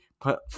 put